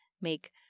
make